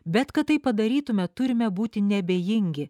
bet kad tai padarytume turime būti neabejingi